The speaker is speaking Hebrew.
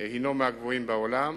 הוא מהגבוהים בעולם,